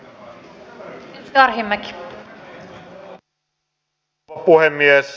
arvoisa rouva puhemies